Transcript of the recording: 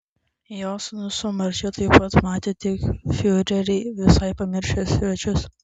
jo sūnus su marčia taip pat matė tik fiurerį visai pamiršę svečius